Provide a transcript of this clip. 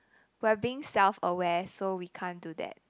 we're being self aware so we can't do that